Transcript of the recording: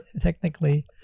Technically